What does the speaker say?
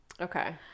Okay